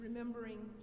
Remembering